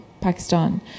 Pakistan